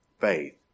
faith